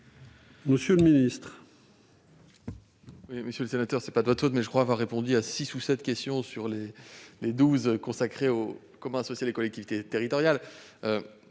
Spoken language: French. Monsieur le ministre,